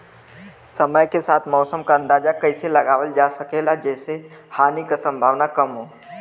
समय के साथ मौसम क अंदाजा कइसे लगावल जा सकेला जेसे हानि के सम्भावना कम हो?